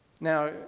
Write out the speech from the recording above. Now